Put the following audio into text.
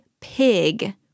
pig